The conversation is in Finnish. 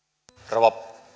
rouva